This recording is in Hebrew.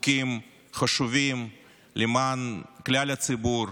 חוקים חשובים למען כלל הציבור,